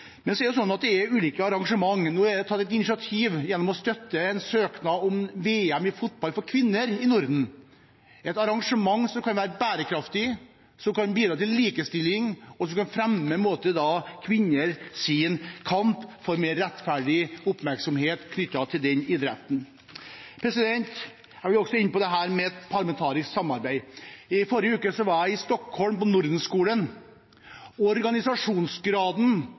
søknad om VM i fotball for kvinner i Norden. Det er et arrangement som kan være bærekraftig, som kan bidra til likestilling, og som kan fremme kvinners kamp for en mer rettferdig oppmerksomhet når det gjelder den idretten. Jeg vil også komme inn på parlamentarisk samarbeid. I forrige uke var jeg i Stockholm, på Nordenskolan. Organisasjonsgraden